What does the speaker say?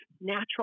natural